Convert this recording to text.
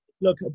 Look